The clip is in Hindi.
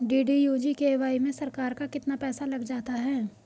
डी.डी.यू जी.के.वाई में सरकार का कितना पैसा लग जाता है?